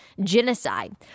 genocide